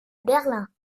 berlin